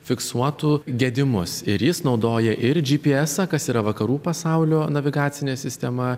fiksuotų gedimus ir jis naudoja ir džy py esą kas yra vakarų pasaulio navigacinė sistema